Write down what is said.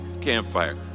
campfire